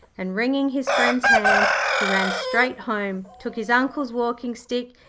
and, wringing his friend's hand, he ran straight home, took his uncle's walking-stick,